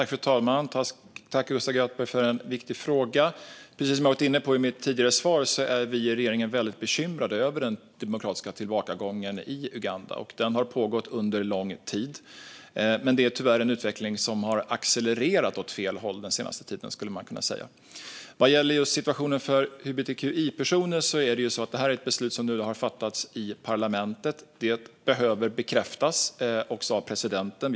Fru talman! Tack, Gustaf Göthberg, för en viktig fråga! Precis som jag varit inne på i mitt tidigare svar är vi i regeringen väldigt bekymrade över den demokratiska tillbakagången i Uganda. Den har pågått under lång tid. Det är tyvärr en utveckling som har accelererat åt fel håll den senaste tiden, skulle man kunna säga. Vad gäller situationen för hbtqi-personer är det ett beslut som har fattats i parlamentet. Det behöver också bekräftas av presidenten.